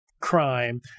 crime